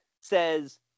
says